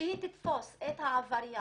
שהיא תתפוס את העבריין,